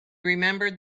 remembered